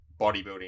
bodybuilding